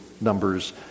Numbers